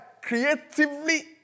creatively